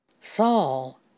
Saul